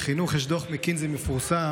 בחינוך יש דוח מקינזי המפורסם,